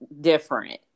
different